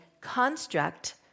Construct